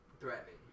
threatening